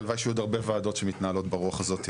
הלוואי שיהיו הרבה ועדות שמתנהלות ברוח הזאת,